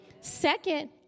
Second